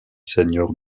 seigneur